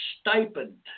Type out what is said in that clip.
stipend